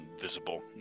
visible